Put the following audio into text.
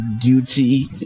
duty